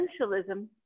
essentialism